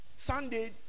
Sunday